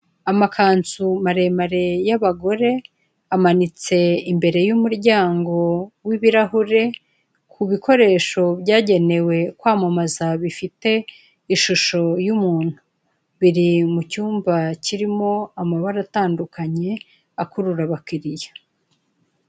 Amakanzu maremare y'abagore, amanitse imbere y'umuryango w'ibirahure, ku bikoresho byagenewe kwamamaza bifite ishusho y'umuntu. Biri mu cyumba kirimo amabara atandukanye akurura abakiriya.